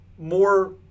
more